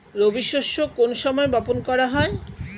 রবি শস্য কোন সময় বপন করা হয়?